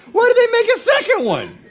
why did they make a second one?